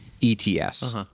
E-T-S